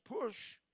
push